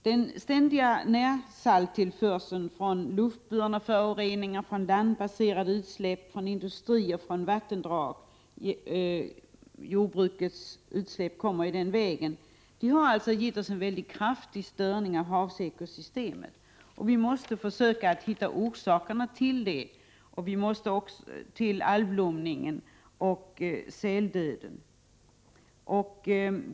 Den ständiga närsalttillförseln genom luftburna föroreningar och från landbaserade utsläpp från industrier och vattendrag — jordbrukets utsläpp kommer ju den vägen — har medfört en mycket kraftig störning av havsekosystemet, och vi måste försöka hitta orsakerna till algblomningen och säldöden.